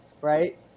right